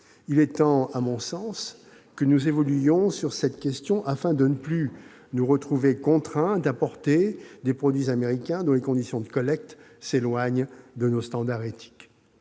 Il est temps, à mon sens, que nous évoluions sur cette question, afin de ne plus nous retrouver contraints d'importer des produits américains dont les conditions de collecte s'éloignent de nos standards éthiques.